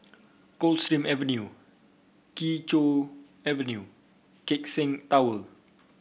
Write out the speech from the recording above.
Coldstream Avenue Kee Choe Avenue Keck Seng Tower